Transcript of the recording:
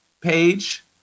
page